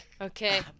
okay